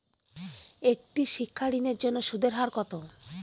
একটি শিক্ষা ঋণের জন্য সুদের হার কত?